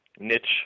Niche